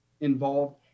involved